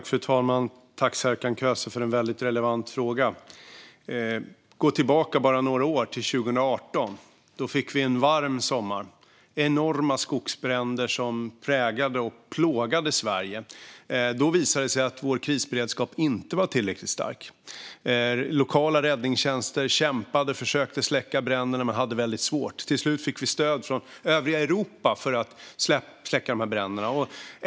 Fru talman! Tack, Serkan Köse, för en väldigt relevant fråga! Vi kan gå tillbaka bara några år, till 2018. Då fick vi en varm sommar med enorma skogsbränder som präglade och plågade Sverige. Då visade det sig att vår krisberedskap inte var tillräckligt stark. Lokala räddningstjänster kämpade och försökte släcka bränderna men hade det väldigt svårt. Till slut fick vi stöd från övriga Europa för att släcka bränderna.